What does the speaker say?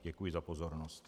Děkuji za pozornost.